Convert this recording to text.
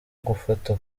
gufata